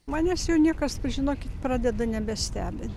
manęs jau niekas žinokit pradeda nebestebint